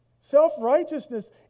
Self-righteousness